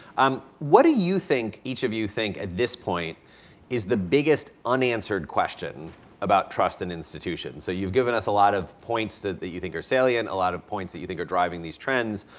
um what do you think each of you think at this point is the biggest unanswered question about trust and institutions? so you've given us a lot of points that that you think are salient a lot of points that you think are driving these trends.